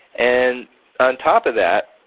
and on top of that,